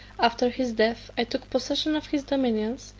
after his death i took possession of his dominions,